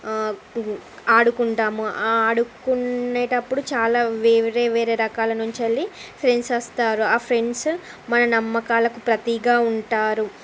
ఆడుకుంటాము ఆ ఆడుకునేటప్పుడు చాలా వేరే వేరే రకాల నుంచి వెళ్ళి ఫ్రెండ్స్ వస్తారు ఆ ఫ్రెండ్స్ మన నమ్మకాలకు ప్రతికగా ఉంటారు